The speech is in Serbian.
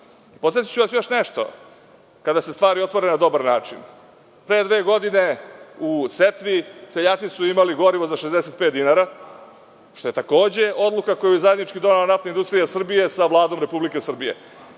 stvar. Podsetiću vas još nešto, kada se stvari otvore na dobar način. Pre dve godine u setvi seljaci su imali gorivo za 65 dinara, što je takođe odluka koju je zajednički donela NIS sa Vladom Republike Srbije. Imamo